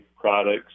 products